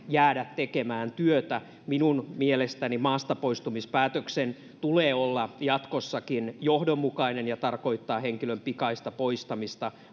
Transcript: jäädä tekemään työtä minun mielestäni maastapoistamispäätöksen tulee olla jatkossakin johdonmukainen ja tarkoittaa henkilön pikaista poistamista